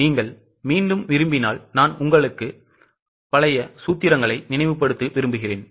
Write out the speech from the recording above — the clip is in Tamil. நீங்கள் மீண்டும் விரும்பினால் நான் உங்களுக்கு சூத்திரங்களைக் நினைவுபடுத்துகிறேன்